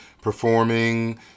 performing